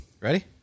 Ready